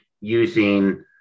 using